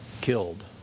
killed